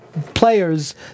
players